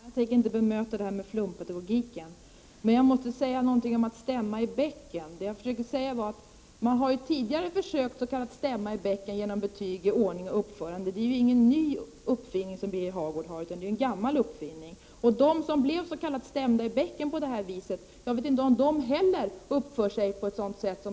Herr talman! Jag tänker inte bemöta talet om flumpedagogik, men jag måste säga någonting om att stämma i bäcken. Det jag försökte säga nyss var att man tidigare har prövat på att stämma i bäcken genom betyg i ordning och uppförande. Det är ingen ny uppfinning Birger Hagård har gjort, utan sådana betyg är en gammal företeelse. Jag vet inte om de som blev stämda i bäcken på det här viset uppför sig på ett sådant sätt